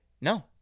No